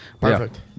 Perfect